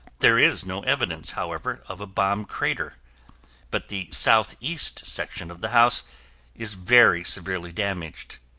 there is no evidence, however, of a bomb crater but the southeast section of the house is very severely damaged.